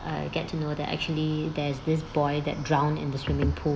I get to know that actually there's this boy that drowned in the swimming pool